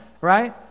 right